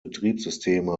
betriebssysteme